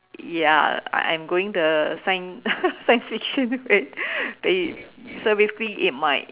ya I'm I'm going the science science fiction way so basically it might